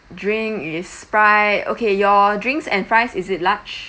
drink is sprite okay your drinks and fries is it large